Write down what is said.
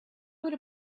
would